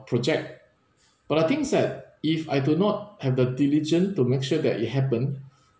project but the things that if I do not have the diligent to make sure that it happened